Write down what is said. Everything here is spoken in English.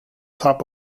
top